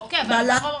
בוועדה,